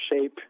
shape